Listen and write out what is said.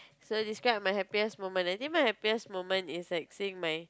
so describe my happiest moment I think my happiest moment is like seeing my